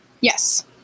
Yes